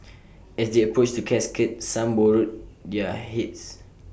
as they approached the casket some bowed their heads